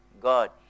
God